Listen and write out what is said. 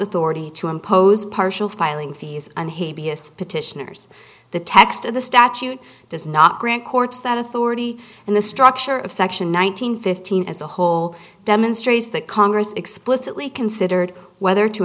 authority to impose partial filing fees and petitioners the text of the statute does not grant courts that authority in the structure of section one nine hundred fifteen as a whole demonstrates that congress explicitly considered whether to